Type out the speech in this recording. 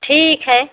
ठीक है